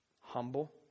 Humble